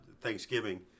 Thanksgiving